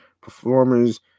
performers